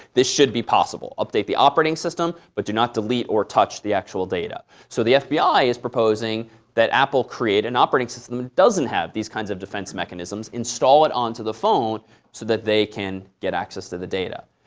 this should be possible update the operating system, but do not delete or touch the actual data. so the fbi is proposing that apple create an operating system that doesn't have these kinds of defense mechanisms, installed onto the phone so that they can get access to the data.